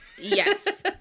Yes